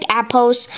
apples